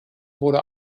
wurde